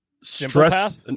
stress